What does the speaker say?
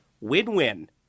Win-win